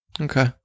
okay